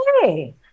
Hey